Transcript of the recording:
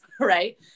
right